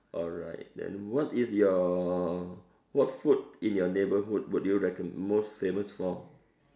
alright then what is your what food in your neighbourhood would you recommend most famous for